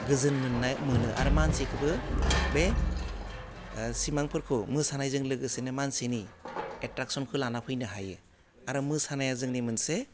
गोजोन मोन्नाय मोनो आरो मानसिखौबो बे ओह सिमांफोरखौ मोसानायजों लोगोसेनो मानसिनि एट्राक्सनखौ लाना फैनो हायो आरो मोसानाया जोंनि मोनसे